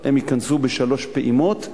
הם ייכנסו בשלוש פעימות.